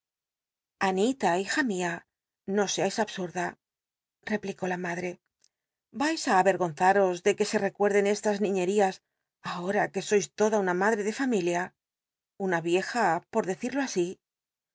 anila hija mia no seáis absurda replicó la mndre vais ú avergom aros de fine se recuerden estas nirierias ahora c ne sois toda una madre de ieja por decido así